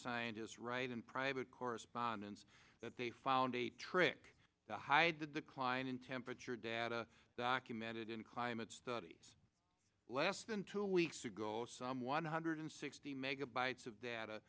scientists write in private correspondence that they found a trick to hide the decline in temperature data documented in climate studies less than two weeks ago some one hundred sixty megabytes of data